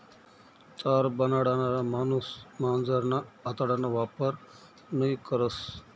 तार बनाडणारा माणूस मांजरना आतडाना वापर नयी करस